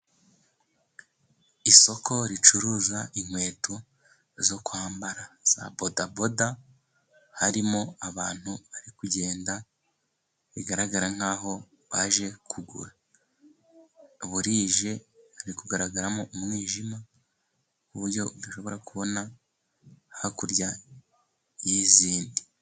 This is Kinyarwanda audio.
Isoko ricuruza inkweto zo kwambara za bodaboda, harimo abantu bari kugenda, bigaragara nk'aho baje kugura. Burije hari kugaragaramo umwijima, ku buryo udashobora kubona hakurya y'izindi.